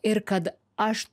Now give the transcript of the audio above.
ir kad aš